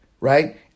Right